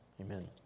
amen